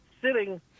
sitting